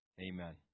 Amen